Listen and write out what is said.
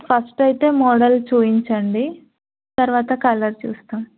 first అయితే model చూపించండి తర్వాత కలర్ చూస్తాం